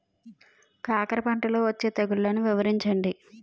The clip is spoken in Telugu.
కాకర పంటలో వచ్చే తెగుళ్లను వివరించండి?